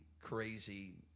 crazy